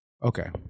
Okay